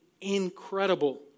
incredible